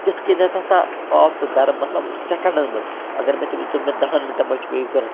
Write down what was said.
تِتھ کَنۍ ہَسا آو سُہ گَرٕ مطلب سٮ۪کٮ۪نٛڈَن منٛز اگر مےٚ تٔمِس دوٚپ مےٚ دَہَن مِنٹَن منٛز چھُ مےٚ یہِ ضوٚرَتھ